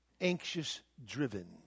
anxious-driven